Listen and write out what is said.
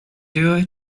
duo